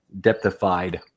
depthified